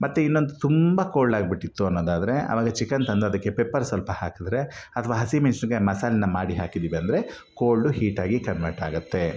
ಮತ್ತು ಇನ್ನೊಂದು ತುಂಬ ಕೋಲ್ಡ್ ಆಗಿಬಿಟ್ಟಿತ್ತು ಅನ್ನೋದಾದರೆ ಅವಾಗ ಚಿಕನ್ ತಂದು ಅದಕ್ಕೆ ಪೆಪ್ಪರ್ ಸ್ವಲ್ಪ ಹಾಕಿದ್ರೆ ಅಥವಾ ಹಸಿಮೆಣ್ಸಿನಕಾಯಿ ಮಸಾಲೆನ ಮಾಡಿ ಹಾಕಿದ್ವಿ ಅಂದರೆ ಕೋಲ್ಡು ಹೀಟಾಗಿ ಕನ್ವರ್ಟಾಗತ್ತೆ